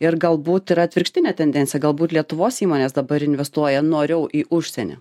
ir galbūt ir atvirkštinę tendenciją galbūt lietuvos įmonės dabar investuoja noriau į užsienį